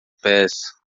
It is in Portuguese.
pés